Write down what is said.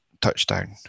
touchdown